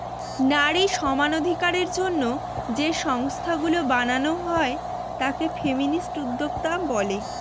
নারী সমানাধিকারের জন্য যে সংস্থাগুলা বানানো করা হয় তাকে ফেমিনিস্ট উদ্যোক্তা বলে